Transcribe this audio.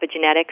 epigenetics